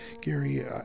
Gary